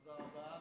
תודה רבה,